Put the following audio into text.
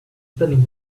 spinning